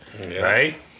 right